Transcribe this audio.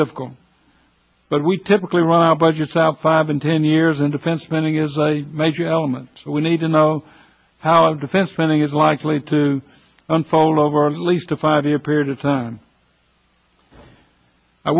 difficult but we typically run our budgets out five in ten years in defense spending is a major element we need to know how defense spending is likely to unfold over least a five year period of time i